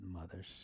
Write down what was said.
mothers